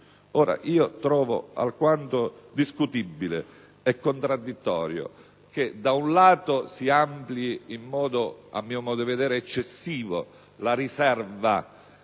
avvocato. Trovo alquanto discutibile e contraddittorio che, da un lato, si ampli in modo, a mio parere, eccessivo la riserva